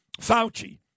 Fauci